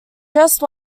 just